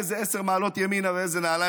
איזה עשר מעלות ימינה ואיזה נעליים,